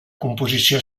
composició